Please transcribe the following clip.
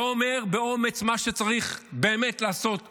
לא אומר באומץ מה שצריך באמת לעשות מנהיג.